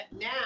now